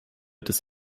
des